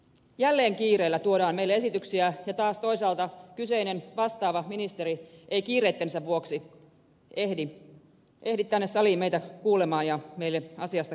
jälleen kiireellä tuodaan meille esityksiä ja taas toisaalta kyseinen vastaava ministeri ei kiireittensä vuoksi ehdi tänne saliin meitä kuulemaan ja meille asiaa selvittämään